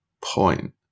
point